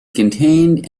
contained